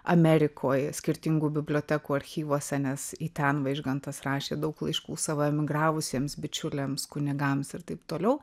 amerikoj skirtingų bibliotekų archyvuose nes į ten vaižgantas rašė daug laiškų savo emigravusiems bičiuliams kunigams ir taip toliau